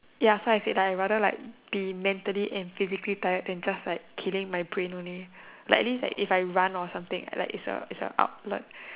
ya so I said I'd rather like be like mental and physically tired than just like killing my brain only like atleast when I run or something it's an upload